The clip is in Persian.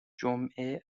جمعه